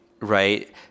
right